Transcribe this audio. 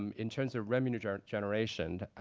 um in terms of revenue ah generation,